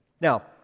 Now